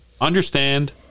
understand